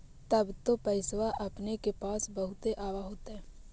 तब तो पैसबा अपने के पास बहुते आब होतय?